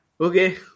Okay